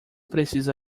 precisa